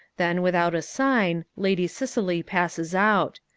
then without a sign, lady cicely passes out.